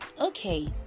Okay